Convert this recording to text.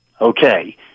Okay